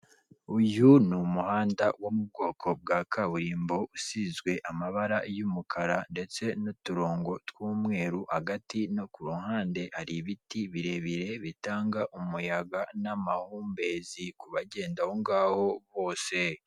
Uyu ni umuhanda wo mu bwoko bwa kaburimbo, usizwe amabara y'umukara ndetse n'uturongo tw'umweru, hagati no ku ruhande hari ibiti birebire, bitanga umuyaga n'amahumbezi ku bagenda ahongaho bose.